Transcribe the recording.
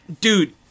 Dude